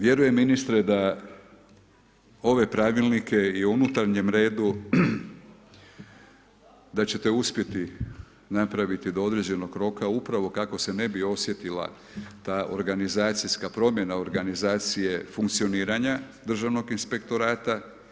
Vjerujem ministre da ove pravilnike i o unutarnjem redu, da ćete uspjeti napraviti do određenog roka, upravo kako se ne bi osjetila ta organizacijska promjena organizacije funkcionira državnog inspektorata.